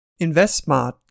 InvestSmart